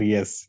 Yes